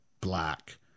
black